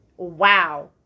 Wow